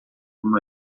uma